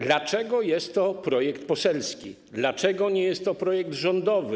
Dlaczego jest to projekt poselski, dlaczego nie jest to projekt rządowy?